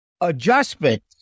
adjustment